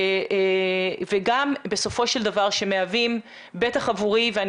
וגם בסופו של דבר שמהווים בטח עבורי ואני